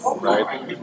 right